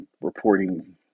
reporting